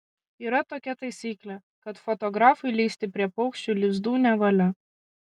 yra tokia taisyklė kad fotografui lįsti prie paukščių lizdų nevalia